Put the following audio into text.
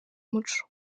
muco